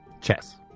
Chess